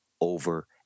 over